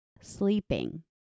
sleeping